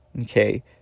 Okay